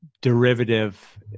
derivative